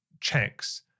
checks